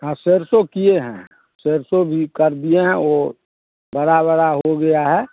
हाँ सरसों किए हैं सरसों भी कर दिए है और बड़ा बड़ा हो गया है